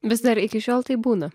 vis dar iki šiol taip būna